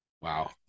wow